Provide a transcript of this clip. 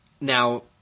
now